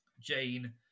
Jane